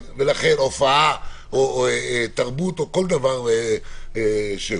הופעה, תרבות או כל דבר שהוא.